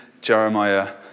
Jeremiah